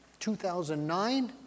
2009